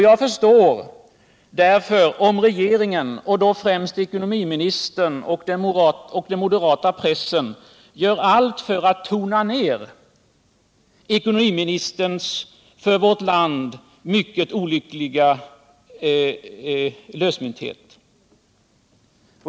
Jag förstår om regeringen, och då främst ekonomiministern och den moderata pressen, gör allt för att tona ned ekonomiministerns för vårt land mycket olyckliga lösmynthet.